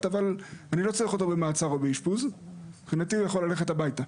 אבל לא צריך אותו במעצר או באשפוז אלא הוא יכול ללכת הביתה.